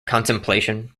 contemplation